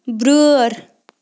بیٲر